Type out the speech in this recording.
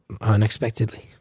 unexpectedly